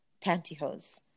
pantyhose